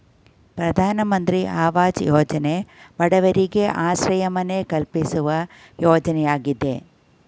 ಪ್ರಧಾನಮಂತ್ರಿ ಅವಾಜ್ ಯೋಜನೆ ಬಡವರಿಗೆ ಆಶ್ರಯ ಮನೆ ಕಲ್ಪಿಸುವ ಯೋಜನೆಯಾಗಿದೆ